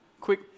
quick